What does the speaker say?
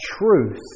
truth